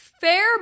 Fair